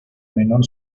menor